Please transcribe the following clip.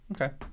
okay